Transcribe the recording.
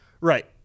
Right